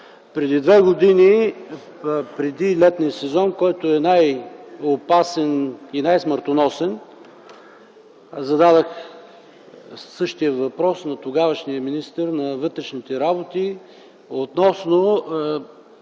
Преди две години преди летния сезон, който е най-опасен и най-смъртоносен, зададох същия въпрос на тогавашния министър на вътрешните работи относно